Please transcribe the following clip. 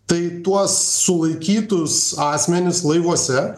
tai tuos sulaikytus asmenis laivuose